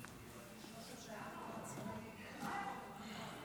חבר הכנסת אביגדור